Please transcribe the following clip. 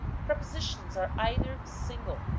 prepositions are either single,